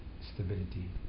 stability